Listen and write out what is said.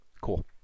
Cool